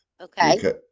Okay